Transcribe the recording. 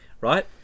Right